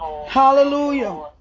Hallelujah